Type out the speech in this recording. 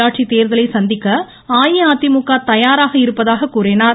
உள்ளாட்சி தேர்தலை சந்திக்க அஇஅதிமுக தயாராக இருப்பதாக கூறினார்